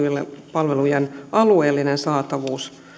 palvelujen alueellinen saatavuus